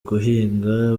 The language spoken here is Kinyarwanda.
guhinga